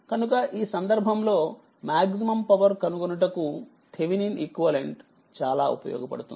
కనుకఈ సందర్భంలోమాక్సిమం పవర్ కనుగొనుటకుథేవినిన్ ఈక్వివలెంట్ చాలా ఉపయోగపడుతుంది